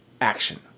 action